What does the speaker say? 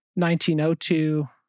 1902